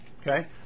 Okay